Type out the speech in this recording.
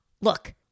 Look